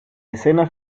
escena